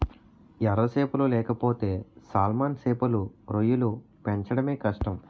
ఎర సేపలు లేకపోతే సాల్మన్ సేపలు, రొయ్యలు పెంచడమే కష్టం